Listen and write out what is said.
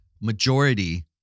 majority